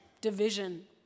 division